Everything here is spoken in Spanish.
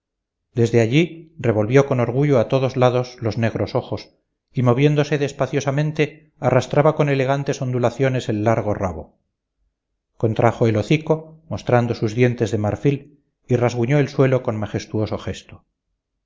desde allí revolvió con orgullo a todos lados los negros ojos y moviéndose despaciosamente arrastraba con elegantes ondulaciones el largo rabo contrajo el hocico mostrando sus dientes de marfil y rasguñó el suelo con majestuoso gesto